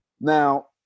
Now